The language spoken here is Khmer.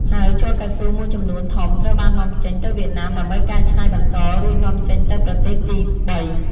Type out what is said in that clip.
ហើយជ័រកៅស៊ូមួយចំនួនធំត្រូវបាននាំចេញទៅវៀតណាមដើម្បីកែច្នៃបន្ត រួចនាំចេញទៅប្រទេសទីបី។